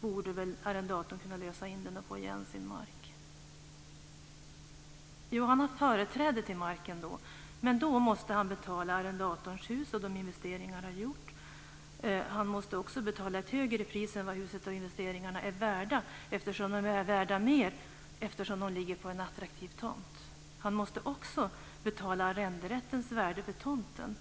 borde väl markägaren kunna lösa in den och få igen sin mark? Ja, han har företräde till marken då, men han måste betala arrendatorns hus och de investeringar han gjort. Han måste också betala ett högre pris än vad huset och investeringarna är värda, eftersom de är värda mer då de ligger på en attraktiv tomt. Han måste också betala arrenderättens värde för tomten.